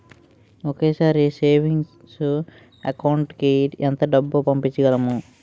ఒకేసారి savings account కి ఎంత డబ్బు పంపించగలము?